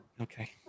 Okay